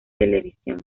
televisión